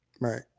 right